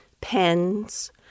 pens